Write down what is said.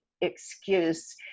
excuse